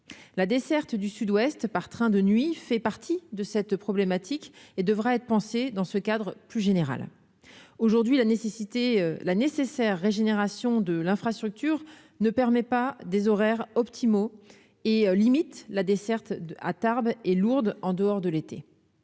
la desserte du Sud-Ouest par train de nuit fait partie de cette problématique et devra être pensé dans ce cadre plus général aujourd'hui la nécessité la nécessaire régénération de l'infrastructure ne permet pas des horaires optimaux et limite la desserte à Tarbes et Lourdes en dehors de l'été